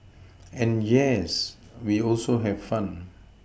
and yes we also have fun